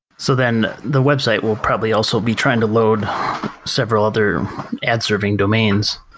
so then the website will probably also be trying to load several other ad serving domains.